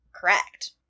Correct